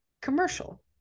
commercial